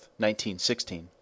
1916